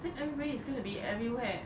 then everybody is going to be everywhere